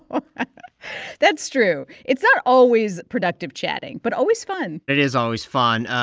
um that's true. it's not always productive chatting but always fun it is always fun,